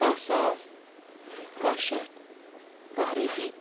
کَہہ ساس کَہہ شَتھ کَہہ رۄپیہِ